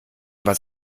was